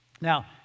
Now